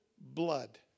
blood